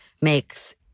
makes